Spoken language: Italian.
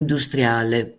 industriale